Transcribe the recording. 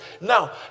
Now